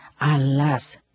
Alas